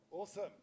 Awesome